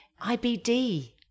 ibd